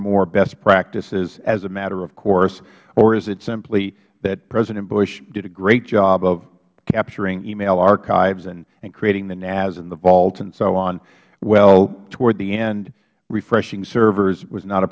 more best practices as a matter of course or is it simply that president bush did a great job of capturing email archives and creating the naz and the volt and so on while toward the end refreshing servers was not a